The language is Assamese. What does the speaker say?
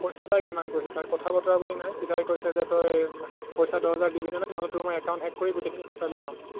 পইচা ডাইৰেক্ট ডিমাণ্ড কৰিছে ছাৰ কথা বতৰা বুলি নাই চিধাই কৈছে যে তই পইচা দহ হাজাৰ দিবিনে নাই নহ'লে তোৰ মই একাউণ্ট হেক কৰি গোটেইখিনি পইচা লৈ ল'ম